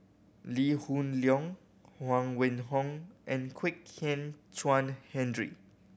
Lee Hoon Leong Huang Wenhong and Kwek Hian Chuan Henry